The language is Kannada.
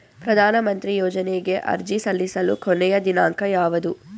ಪ್ರಧಾನ ಮಂತ್ರಿ ಯೋಜನೆಗೆ ಅರ್ಜಿ ಸಲ್ಲಿಸಲು ಕೊನೆಯ ದಿನಾಂಕ ಯಾವದು?